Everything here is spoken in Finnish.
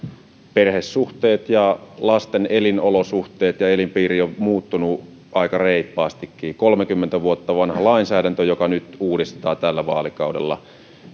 perhesuhteet ja lasten elinolosuhteet ja ja elinpiiri ovat muuttuneet aika reippaastikin kolmekymmentä vuotta vanha lainsäädäntö uudistetaan nyt tällä vaalikaudella